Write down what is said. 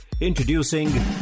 Introducing